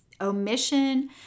omission